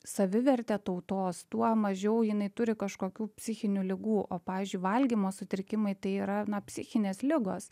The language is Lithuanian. savivertė tautos tuo mažiau jinai turi kažkokių psichinių ligų o pavyzdžiui valgymo sutrikimai tai yra na psichinės ligos